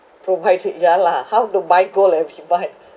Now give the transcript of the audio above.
provided ya lah how to buy gold like you buy